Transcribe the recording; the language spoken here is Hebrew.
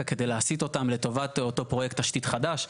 כדי להסיט אותם לטובת אותו פרויקט תשתית חדש.